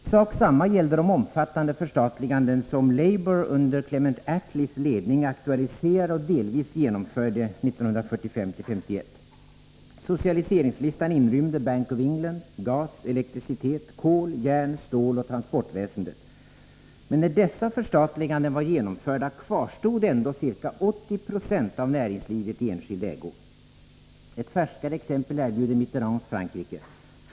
Samma sak gällde det omfattande förstatligande som labour under Clement Attlees ledning aktualiserade och delvis genomförde 1945-1951. Socialiseringslistan inrymde Bank of England, gas, elektricitet, kol, järn, stål och transportväsendet. Men när dessa förstatliganden var gjorda, kvarstod ändå ca 80 20 av näringslivet i enskild ägo. Ett färskare exempel erbjuder Mitterrands Frankrike.